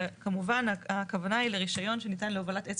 שכמובן הכוונה היא לרישיון שניתן להובלת עץ